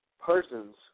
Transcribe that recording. Persons